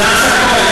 סגן השר כהן,